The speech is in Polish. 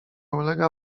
ulega